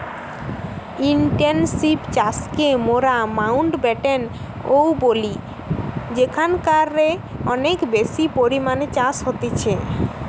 intensive চাষকে মোরা Mountbatten ও বলি যেখানকারে অনেক বেশি পরিমাণে চাষ হতিছে